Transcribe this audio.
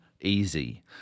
easy